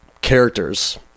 characters